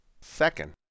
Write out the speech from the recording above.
Second